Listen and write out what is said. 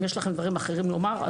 אם יש לכם דברים אחרים לומר,